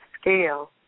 scale